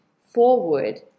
forward